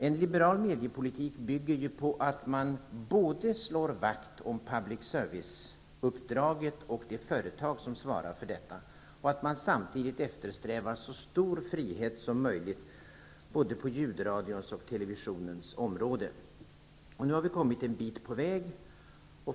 En liberal mediepolitik bygger på att man slår vakt om public service-uppdraget och det företag som svarar för detta och samtidigt eftersträvar så stor frihet som möjligt både på ljudradions och televisionens område. Nu har vi kommit en bit på väg.